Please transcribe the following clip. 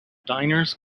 diners